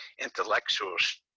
intellectuals